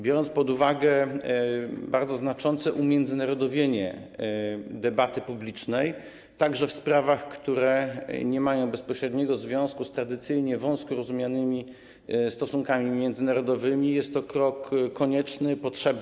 Biorąc pod uwagę bardzo znaczące umiędzynarodowienie debaty publicznej, także w sprawach, które nie mają bezpośredniego związku z tradycyjnie wąsko rozumianymi stosunkami międzynarodowymi, jest to krok konieczny, potrzebny.